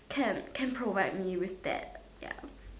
can can provide me with that ya